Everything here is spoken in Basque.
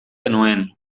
genuen